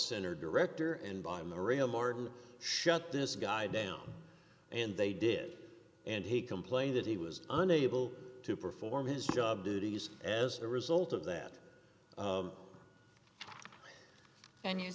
center director and by maria martin shut this guy down and they did and he complained that he was unable to perform his job duties as a result of that and you